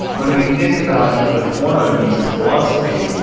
when we think about the form of nietzsche's philosophy,